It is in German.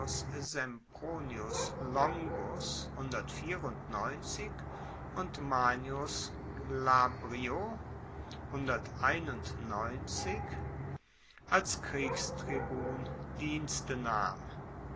sempronius und manius glabrio als kriegstribun dienste nahm